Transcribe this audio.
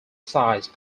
size